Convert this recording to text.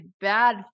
bad